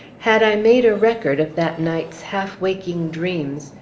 had i made a record of that night's half-waking dreams,